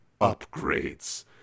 upgrades